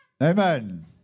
Amen